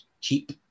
cheap